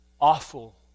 awful